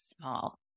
small